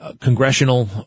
congressional